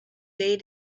day